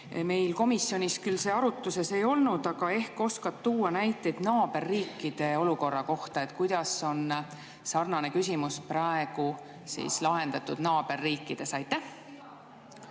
Meil komisjonis küll see arutusel ei olnud, aga ehk oskad tuua näiteid naaberriikide olukorra kohta. Kuidas on sarnane küsimus praegu lahendatud naaberriikides? Aitäh!